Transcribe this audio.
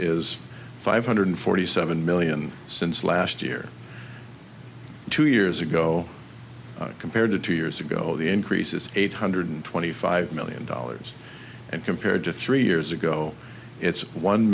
is five hundred forty seven million since last year two years ago compared to two years ago the increase is eight hundred twenty five million dollars and compared to three years ago it's one